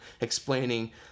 explaining